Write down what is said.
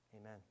Amen